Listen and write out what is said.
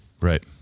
Right